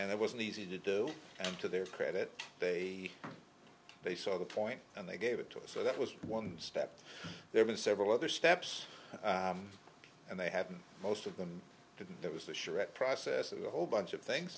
and it wasn't easy to do and to their credit they they saw the point and they gave it to us so that was one step there were several other steps and they hadn't most of them did that was the charette process of a whole bunch of things